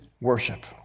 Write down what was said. worship